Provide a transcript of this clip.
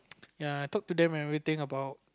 ya I talk to them and everything about